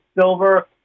silver